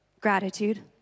Gratitude